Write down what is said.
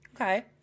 Okay